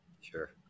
Sure